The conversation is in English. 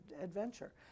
adventure